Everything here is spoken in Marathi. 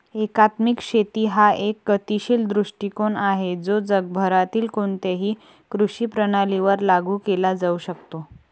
एकात्मिक शेती हा एक गतिशील दृष्टीकोन आहे जो जगभरातील कोणत्याही कृषी प्रणालीवर लागू केला जाऊ शकतो